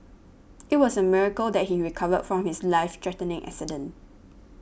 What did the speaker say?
it was a miracle that he recovered from his life threatening accident